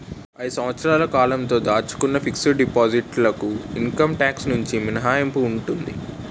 ఐదు సంవత్సరాల కాలంతో దాచుకున్న ఫిక్స్ డిపాజిట్ లకు ఇన్కమ్ టాక్స్ నుంచి మినహాయింపు ఉంటుంది